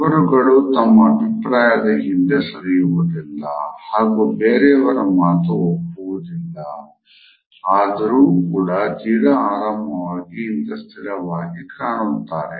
ಇವರುಗಳು ತಮ್ಮ ಅಭಿಪ್ರಾಯದಿಂದ ಹಿಂದೆ ಸರಿಯುವುದಿಲ್ಲ ಹಾಗು ಬೇರೆಯವರ ಮಾತು ಒಪ್ಪುವುದಿಲ್ಲ ಆದ್ರೂ ಕೂಡ ತೀರಾ ಆರಾಮವಾಗಿ ಅಥವಾ ಸ್ಥಿರವಾಗಿ ಕಾಣುತ್ತಾರೆ